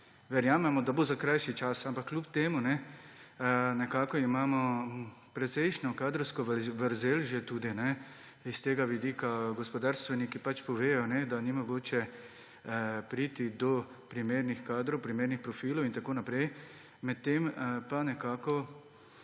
verjamemo, da bo za krajši čas. Ampak kljub temu nekako imamo precejšnjo kadrovsko vrzel tudi že s tega vidika. Gospodarstveniki pač povedo, da je nemogoče priti do primernih kadrov, primernih profilov in tako naprej, medtem pa nekako